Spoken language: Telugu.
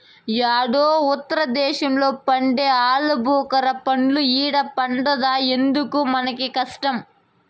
యేడో ఉత్తర దేశంలో పండే ఆలుబుకారా పండ్లు ఈడ పండద్దా ఎందుకు మనకీ కష్టం